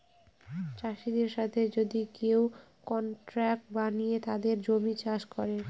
চাষীদের সাথে যদি কেউ কন্ট্রাক্ট বানিয়ে তাদের জমি চাষ করে